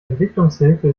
entwicklungshilfe